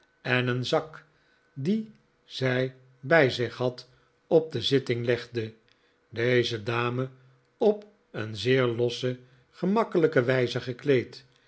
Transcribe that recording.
en een zak dien zij bij zich had op de zitting legde deze dame op een zeer losse gemakkelijke wijze gekleed